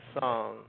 song